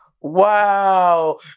Wow